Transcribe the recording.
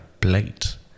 plate